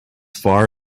far